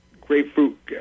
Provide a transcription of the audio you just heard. grapefruit